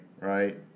right